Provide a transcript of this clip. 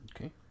Okay